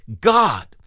God